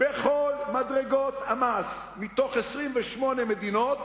בכל מדרגות המס ב-28 מדינות